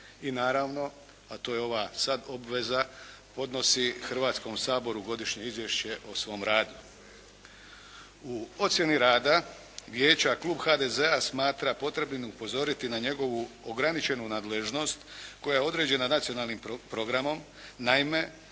I naravno, a to je ova sada obveza, podnosi Hrvatskom saboru godišnje izvješće o svom radu. U ocjeni rada vijeća klub HDZ-a smatra potrebnim upozoriti na njegovu ograničenu nadležnost koja je određena Nacionalnom programom. Naime,